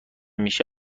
میشه